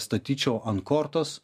statyčiau ant kortos